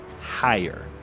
higher